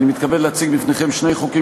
אני מתכבד להציג בפניכם שני חוקים